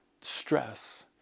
stress